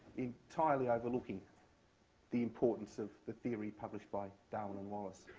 entirely overlooking the importance of the theory published by darwin and wallace.